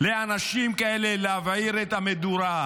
לאנשים כאלה להבעיר את המדורה.